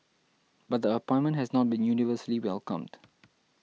but the appointment has not been universally welcomed